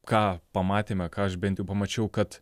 ką pamatėme ką aš bent jau pamačiau kad